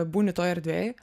būni toj erdvėj